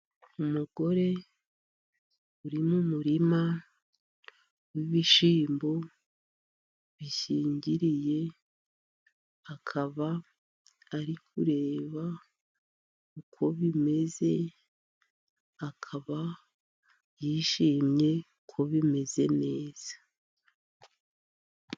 Umugore uri mu murima w'ibishyimbo bishingiriye akaba ariko kureba uko bimeze. Akaba yishimye ko bimeze neza.